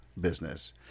business